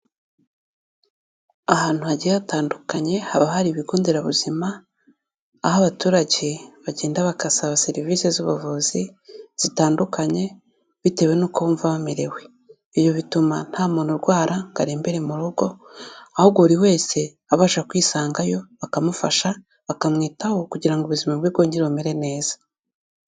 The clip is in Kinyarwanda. Ahantu hagiye hatandukanye haba hari ibigo nderabuzima, aho abaturage bagenda bagasaba serivisi z'ubuvuzi zitandukanye bitewe n'uko bumva bamerewe, ibi bituma nta muntu urwara ngo arebera mu rugo ahubwo buri wese abasha kwisangayo bakamufasha, bakamwitaho kugira ngo ubuzima bwe bwonge bumere neza.